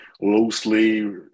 loosely